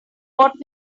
what